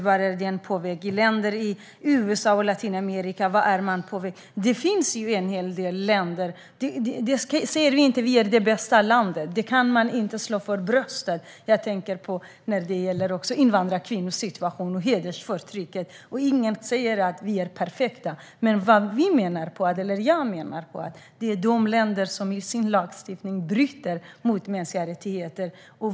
Vart är dessa länder och USA och länder i Latinamerika på väg? Jag säger inte att vi är det bästa landet. Vi kan inte slå oss för bröstet, och jag tänker då också på invandrarkvinnors situation och hedersförtryck. Ingen säger att vi är perfekta. Men jag talar om de länder som i sin lagstiftning bryter mot mänskliga rättigheter.